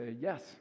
yes